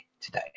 today